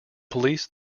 police